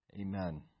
Amen